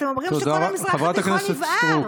אתם אומרים שכל המזרח התיכון יבער.